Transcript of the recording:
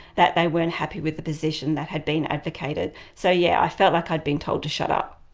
that they weren't happy with the position that had been advocated. so yeah, i felt like i'd been told to shut up.